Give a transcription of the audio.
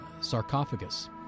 sarcophagus